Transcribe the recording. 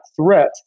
threat